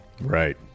Right